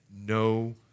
no